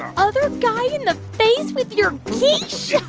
other guy in the face with your quiche?